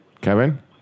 Kevin